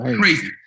Crazy